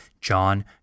John